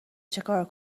چیکار